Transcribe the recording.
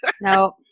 No